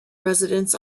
residents